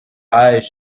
eyes